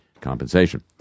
compensation